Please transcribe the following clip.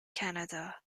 canada